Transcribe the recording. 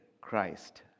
Christ